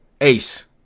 Ace